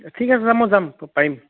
ঠিক আছে ছাৰ মই যাম পাৰিম